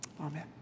Amen